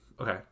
okay